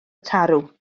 tarw